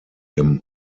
him